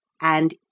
and